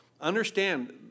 Understand